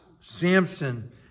Samson